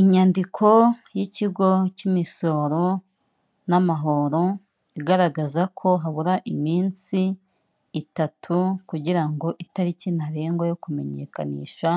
Inyandiko y'ikigo cy'imisoro n'amahoro igaragaza ko habura iminsi itatu kugira ngo itariki ntarengwa yo kumenyekanisha